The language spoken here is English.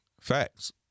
Facts